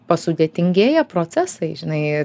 pasudėtingėja procesai žinai